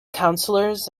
councillors